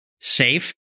safe